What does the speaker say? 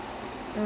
that's true